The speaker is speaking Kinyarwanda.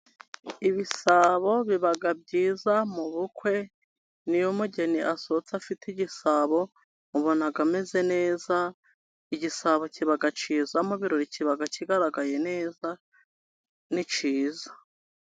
Ibisabo biba byiza mu bukwe niyo umugeni asohotse afite igisabo, ubona ameze neza igisabo kiba cyiza mu birori kiba kigaragaye neza ni cyiza.